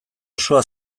osoa